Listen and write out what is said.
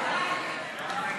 ההצעה